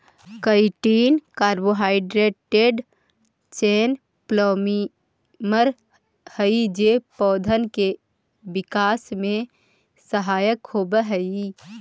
chitin carbohydrate chain polymer हई जे पौधन के विकास में सहायक होवऽ हई